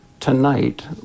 tonight